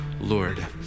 Lord